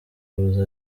kuza